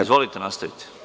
Izvolite, nastavite.